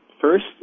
first